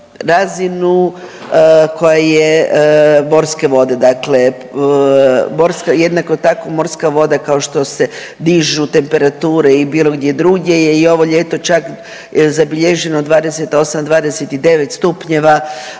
dakle morska, jednako tako morska voda kao što se dižu temperature i bilo gdje drugdje je i ovo ljeto čak je zabilježeno 28-29 stupnjeva